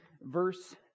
verse